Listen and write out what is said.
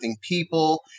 people